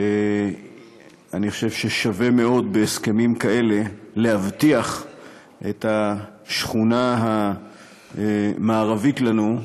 אני חושב ששווה מאוד בהסכמים כאלה להבטיח את השכונה המערבית לנו,